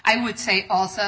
i would say also